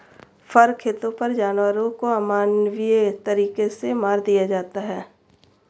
फर खेतों पर जानवरों को अमानवीय तरीकों से मार दिया जाता है